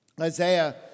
Isaiah